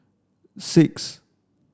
six